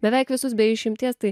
beveik visus be išimties tai